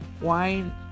wine